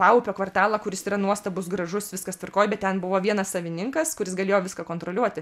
paupio kvartalą kuris yra nuostabus gražus viskas tvarkoj bet ten buvo vienas savininkas kuris galėjo viską kontroliuoti